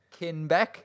Kinbeck